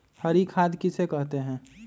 हरी खाद किसे कहते हैं?